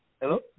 Hello